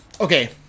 Okay